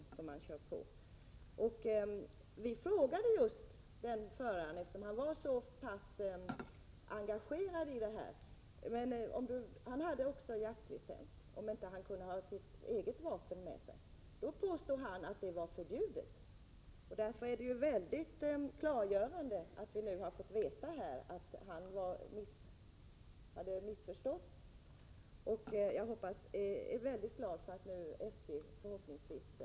Vi som var passagerare vid det tillfälle jag talade om frågade föraren, eftersom han var så engagerad och eftersom han hade jaktlicens, ifall han inte kunde ha sitt eget vapen med sig. Då påstod han att det var förbjudet. Därför är det klargörande att vi nu har fått veta att han hade missförstått det hela. Jag är väldigt glad om SJ förhoppningsvis ger ut information till sin Prot.